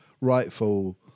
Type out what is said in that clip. rightful